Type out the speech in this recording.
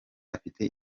afite